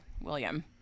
William